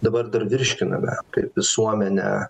dabar dar virškiname kaip visuomenė